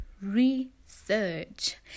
research